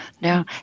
no